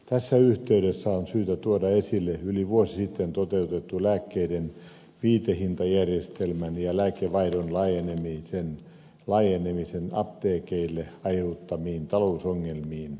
tässä yhteydessä on syytä tuoda esille yli vuosi sitten toteutetun lääkkeiden viitehintajärjestelmän ja lääkevaihdon laajenemisen apteekeille aiheuttamat talousongelmat